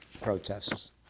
protests